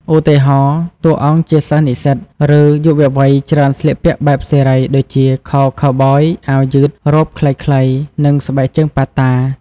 ឧទាហរណ៍ តួអង្គជាសិស្សនិស្សិត ឬយុវវ័យច្រើនស្លៀកពាក់បែបសេរី ដូចជា ខោខូវប៊យ អាវយឺត រ៉ូបខ្លីៗ និងស្បែកជើងប៉ាតា។